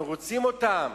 אנחנו רוצים אותם,